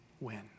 win